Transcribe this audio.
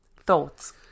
Thoughts